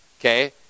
okay